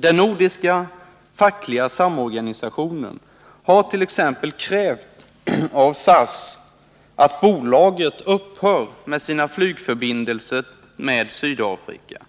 Den nordiska fackliga samorganisationen hart.ex. krävt av SAS att bolaget upphör med sina flygförbindelser med Sydafrika.